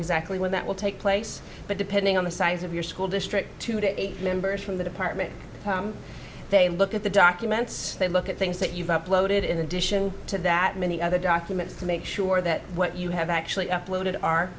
exactly when that will take place but depending on the size of your school district two to eight members from the department they look at the documents they look at things that you've uploaded in addition to that many other documents to make sure that what you have actually uploaded are